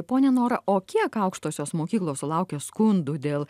ponia nora o kiek aukštosios mokyklos sulaukia skundų dėl